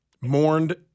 mourned